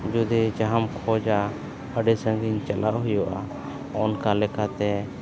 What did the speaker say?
ᱡᱩᱫᱤ ᱡᱟᱦᱟᱢ ᱠᱷᱚᱡᱟ ᱟᱹᱰᱤ ᱥᱟᱹᱜᱤᱧ ᱪᱟᱞᱟᱣ ᱦᱩᱭᱩᱜᱼᱟ ᱚᱱᱠᱟ ᱞᱮᱠᱟᱛᱮ